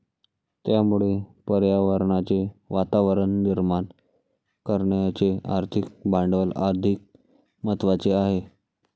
त्यामुळे पर्यावरणाचे वातावरण निर्माण करण्याचे आर्थिक भांडवल अधिक महत्त्वाचे आहे